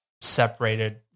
separated